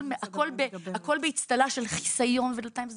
הכול באצטלה של חיסיון, דלתיים סגורות.